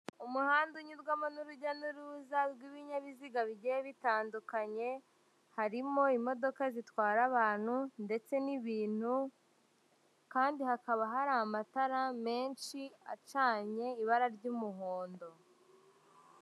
Umuhanda unyurwamo n'urujya n'uruza rw'ibinyabiziga bigiye bitandukanye, harimo imodoka zitwara abantu ndetse n'ibintu kandi hakaba hari amatara menshi acanye ibara ry'umuhondo.